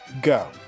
Go